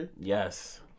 Yes